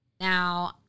Now